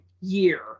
year